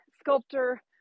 sculptor